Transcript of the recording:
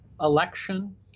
election